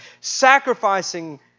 Sacrificing